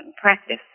practice